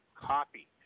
copy